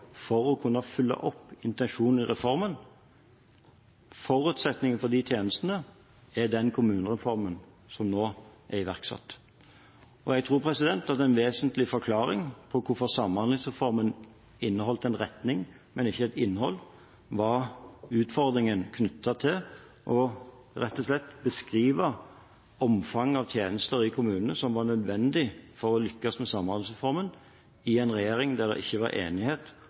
for å kunne oppfylle intensjonen i reformen, er den kommunereformen som nå er iverksatt. Jeg tror at en vesentlig forklaring på hvorfor samhandlingsreformen inneholdt en retning, men ikke et innhold, var utfordringen knyttet til rett og slett å beskrive omfanget av tjenester i kommunene som var nødvendig for å lykkes med samhandlingsreformen i en regjering der det ikke var enighet